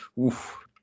oof